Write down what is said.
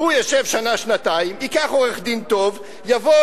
הוא ישב שנה-שנתיים, ייקח עורך-דין טוב, יבוא,